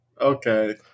Okay